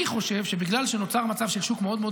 אני חושב שבגלל שנוצר מצב של שוק מאוד מאוד